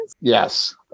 yes